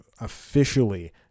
officially